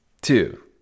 Two